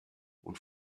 und